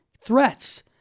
threats